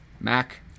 Mac